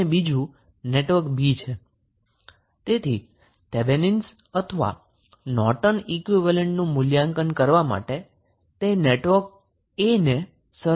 તેથી આગળ થેવેનિન અથવા નોર્ટન ઈક્વીવેલેન્ટનું મૂલ્યાંકન કરવા માટે નેટવર્ક A ને સરળ બનાવવામા આવે છે